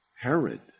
Herod